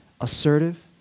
assertive